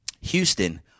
Houston